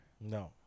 No